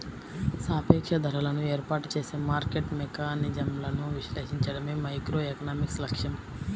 సాపేక్ష ధరలను ఏర్పాటు చేసే మార్కెట్ మెకానిజమ్లను విశ్లేషించడమే మైక్రోఎకనామిక్స్ లక్ష్యం